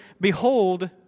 behold